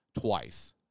twice